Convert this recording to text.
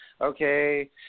okay